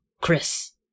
Chris